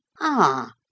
Ah